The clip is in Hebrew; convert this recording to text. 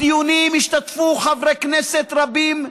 בדיונים השתתפו חברי כנסת רבים,